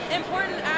important